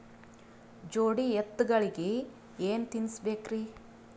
ಜೋಡಿ ಎತ್ತಗಳಿಗಿ ಏನ ತಿನಸಬೇಕ್ರಿ?